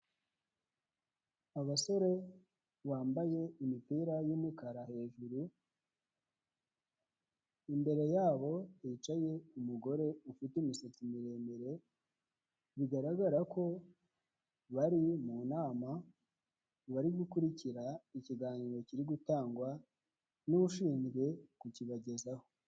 Abasore bambaye imipira y'imikara hejuru, imbere yabo hicaye umugore ufite imisatsi miremire bigaragara ko bari mu nama, bari gukurikira ikiganiro kiri gutangwa n'ushinzwe kukibagezaho.